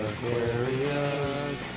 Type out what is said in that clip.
Aquarius